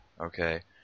okay